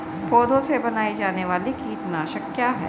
पौधों से बनाई जाने वाली कीटनाशक क्या है?